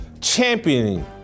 championing